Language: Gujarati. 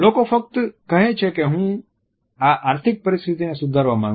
લોકો ફક્ત કહે છે કે હું આ આર્થિક પરિસ્થિતિને સુધારવા માંગું છું